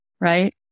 right